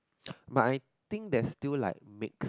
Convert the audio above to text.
but I think there's still like mix